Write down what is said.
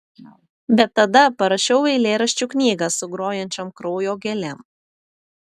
bet tada parašiau eilėraščių knygą su grojančiom kraujo gėlėm